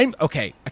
okay